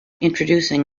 introducing